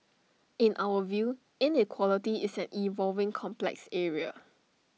in our view inequality is an evolving complex area